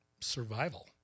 survival